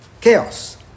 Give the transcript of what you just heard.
chaos